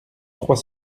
trois